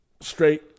straight